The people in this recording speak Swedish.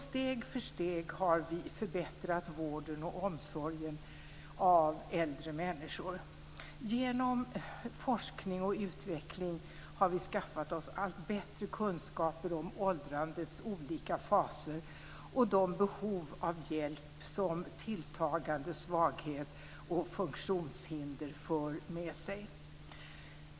Steg för steg har vi förbättrat vården av och omsorgen om äldre människor. Genom forskning och utveckling har vi skaffat oss allt bättre kunskaper om åldrandets olika faser och de behov av hjälp som tilltagande svaghet och funktionshinder för med sig.